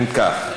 אם כך,